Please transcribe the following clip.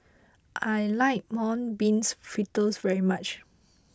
I like Mung Bean Fritters very much